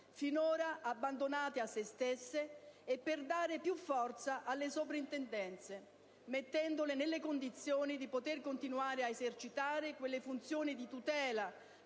finora abbandonate a se stesse e per dare più forza alle soprintendenze mettendole nelle condizioni di continuare ad esercitare quelle funzioni di tutela